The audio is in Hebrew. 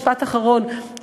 משפט אחרון,